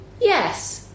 yes